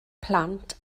plant